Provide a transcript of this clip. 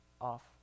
off